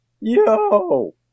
Yo